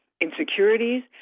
insecurities